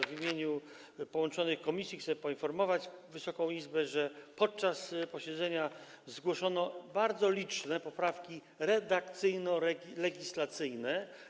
W imieniu połączonych komisji chcę poinformować Wysoką Izbę, że podczas posiedzenia zgłoszono bardzo liczne poprawki redakcyjno-legislacyjne.